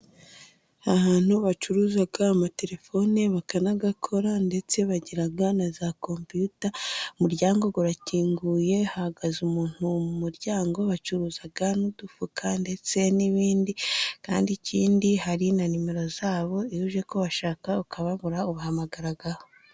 Ahantu bacuruza amatelefone bakanayakora ndetse bagira naza kompyuta, umuryango urakinguye hahagaze umuntu mu muryango bacuruza n'udufuka ndetse n'ibindi kandi ikindi hari na nimero zabo iyo uje kubashaka ukababura ubahamagaraho.